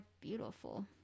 beautiful